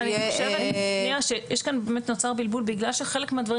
אני חושבת שנוצר בלבול בגלל שחלק מהדברים